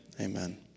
Amen